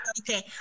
okay